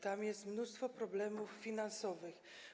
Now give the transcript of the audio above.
Tam jest mnóstwo problemów finansowych.